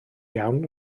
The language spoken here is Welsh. iawn